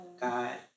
God